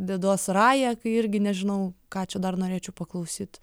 deduos rają kai irgi nežinau ką čia dar norėčiau paklausyt